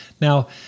Now